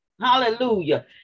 Hallelujah